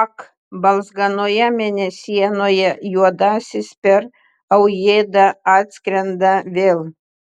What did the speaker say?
ak balzganoje mėnesienoje juodasis per aujėdą atskrenda vėl